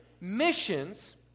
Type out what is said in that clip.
Missions